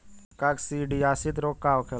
काकसिडियासित रोग का होखेला?